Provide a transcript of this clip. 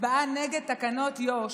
הצבעה נגד תקנות יו"ש.